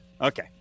Okay